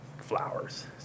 flowers